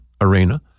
Arena